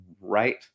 right